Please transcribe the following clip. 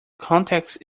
context